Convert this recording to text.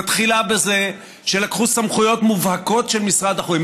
היא מתחילה בזה שלקחו סמכויות מובהקות של משרד החוץ.